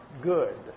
good